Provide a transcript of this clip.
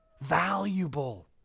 valuable